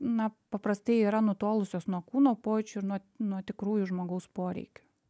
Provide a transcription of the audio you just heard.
na paprastai yra nutolusios nuo kūno pojūčių ir nuo nuo tikrųjų žmogaus poreikių